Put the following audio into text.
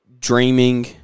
dreaming